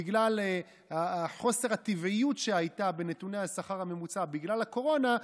בגלל חוסר הטבעיות שהיה בנתוני השכר הממוצע בגלל הקורונה,